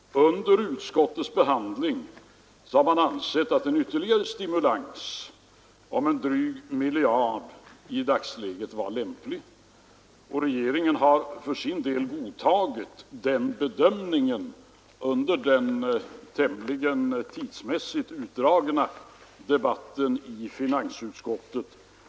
Under utskottets behandling har man ansett att en ytterligare stimulans om en dryg miljard i dagsläget var lämplig, och regeringen har för sin del godtagit den bedömningen under den tidsmässigt tämligen utdragna diskussionen i finansutskottet.